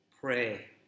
Pray